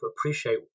appreciate